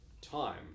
time